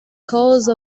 cause